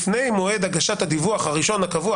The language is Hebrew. לפני מועד הגשת הדיווח הראשון הקבוע,